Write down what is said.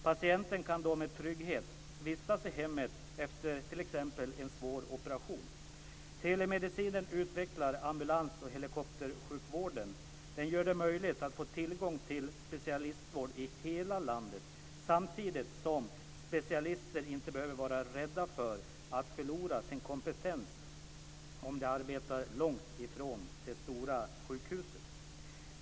Patienten kan då med trygghet vistas i hemmet efter t.ex. en svår operation. Telemedicinen utvecklar ambulans och helikoptersjukvården. Den gör det möjligt att få tillgång till specialistvård i hela landet samtidigt som specialister inte behöver vara rädda för att förlora sin kompetens om de arbetar långt ifrån det stora sjukhuset.